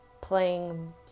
playing